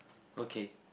okay